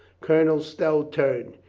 colonel stow turned.